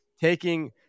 taking